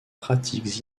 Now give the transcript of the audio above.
pratiques